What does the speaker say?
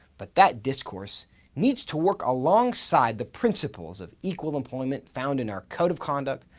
but that discourse needs to work alongside the principles of equal employment found in our code of conduct,